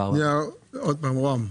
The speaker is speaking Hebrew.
עוד פעם רוה"מ.